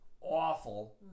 Awful